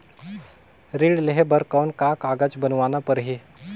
ऋण लेहे बर कौन का कागज बनवाना परही?